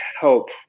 help